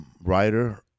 writer